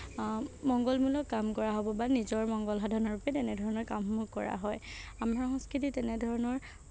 মংগলমূলক কাম কৰা হ'ব বা নিজৰ মংগল সাধনৰ বাবে তেনেধৰণৰ কামসমূহ কৰা হয় আমাৰ সংস্কৃতিত তেনেধৰণৰ